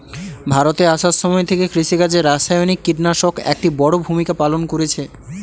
ভারতে আসার সময় থেকে কৃষিকাজে রাসায়নিক কিটনাশক একটি বড়ো ভূমিকা পালন করেছে